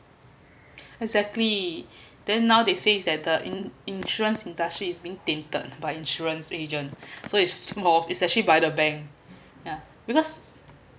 exactly then now they say is at the in insurance industry is being tainted by insurance agent so it's especially by the bank yeah because